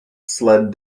sled